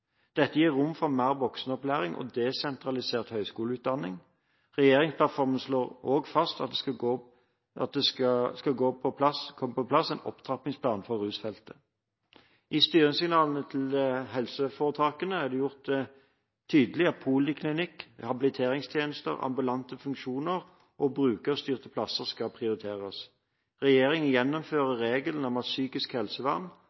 Dette gir rom for mer voksenopplæring og desentralisert høyskoleutdanning. Regjeringsplattformen slår også fast at det skal komme på plass en opptrappingsplan for rusfeltet. I styringssignalene til helseforetakene er det gjort tydelig at poliklinikk, habiliteringstjenester, ambulante funksjoner og brukerstyrte plasser skal prioriteres. Regjeringen